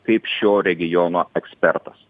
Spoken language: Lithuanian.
kaip šio regiono ekspertas